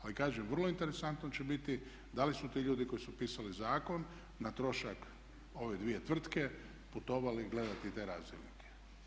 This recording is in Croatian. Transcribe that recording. Ali kažem vrlo interesantno će biti da li su ti ljudi koji su pisali zakon na trošak ove dvije tvrtke putovali gledati te razdjelnike?